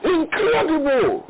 Incredible